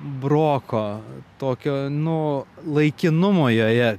broko tokio nu laikinumo joje